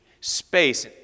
space